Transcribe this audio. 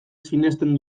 sinesten